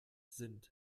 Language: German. sind